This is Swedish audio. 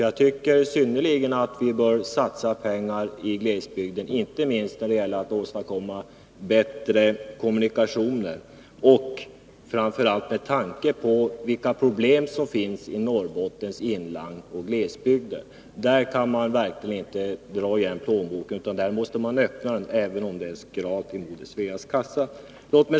Jag anser att vi bör satsa pengar på glesbygden, inte minst när det gäller att åstadkomma bättre kommunikationer. Med tanke på de problem som finns i Norrbottens inland och i glesbygden kan man verkligen inte tillsluta plånboken, utan man måste öppna den, även om det är skralt i moder Sveas kassa.